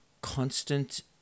constant